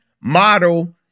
model